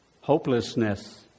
Hopelessness